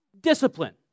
discipline